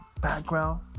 background